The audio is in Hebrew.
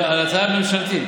על ההצעה הממשלתית.